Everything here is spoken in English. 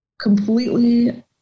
completely